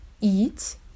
eat